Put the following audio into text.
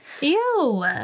ew